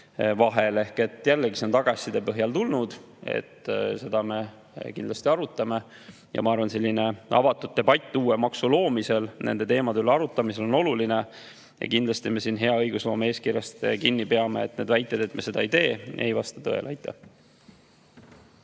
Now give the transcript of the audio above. vahel. Jällegi, see on tagasiside põhjal tulnud, seda me kindlasti arutame. Ma arvan, et selline avatud debatt uue maksu loomisel, nende teemade arutamisel on oluline. Kindlasti me peame hea õigusloome eeskirjast kinni. Need väited, et me seda ei tee, ei vasta tõele. Aitäh!